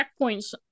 checkpoints